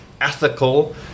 ethical